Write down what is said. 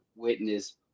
witness